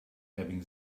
having